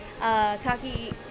Taki